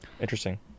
Interesting